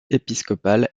épiscopal